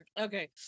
Okay